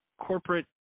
corporate